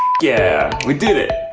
yeah we did it,